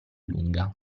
lunga